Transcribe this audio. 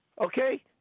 Okay